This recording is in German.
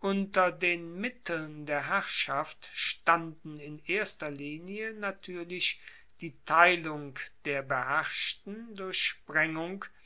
unter den mitteln der herrschaft standen in erster linie natuerlich die teilung der beherrschten durch sprengung